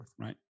right